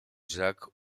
jacques